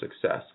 success